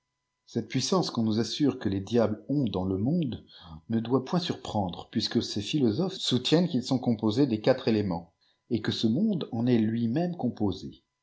cette puissance qu on nous assure que lés diables ont dans le monde ne doit point surprendre j puisque ces philosoplïès soutiennent qu'ils sont composés des quatre éléments et que ce monde en est lui-même composé